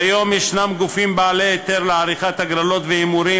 כיום יש גופים בעלי היתר לעריכת הגרלות והימורים